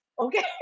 okay